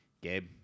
Gabe